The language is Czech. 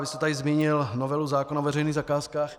Vy jste tady zmínil novelu zákona o veřejných zakázkách.